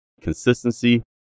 consistency